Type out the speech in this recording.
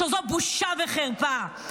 שזו בושה וחרפה.